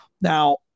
Now